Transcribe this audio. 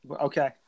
Okay